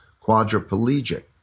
quadriplegic